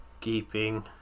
keeping